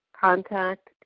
contact